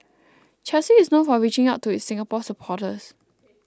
Chelsea is known for reaching out to its Singapore supporters